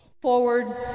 Forward